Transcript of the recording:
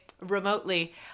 remotely